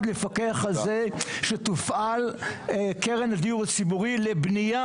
לפקח על זה שתופעל קרן הדיור הציבורי לבנייה,